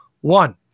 one